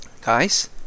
guys